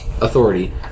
authority